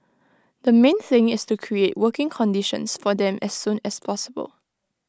the main thing is to create working conditions for them as soon as possible